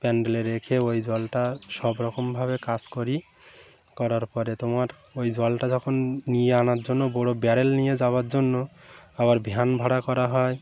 প্যান্ডেলে রেখে ওই জলটা সব রকমভাবে কাজ করি করার পরে তোমার ওই জলটা যখন নিয়ে আনার জন্য বড়ো ব্যারেল নিয়ে যাওয়ার জন্য আবার ভিয়ান ভাড়া করা হয়